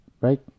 right